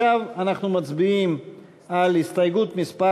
ועכשיו אנחנו מצביעים על הסתייגות מס'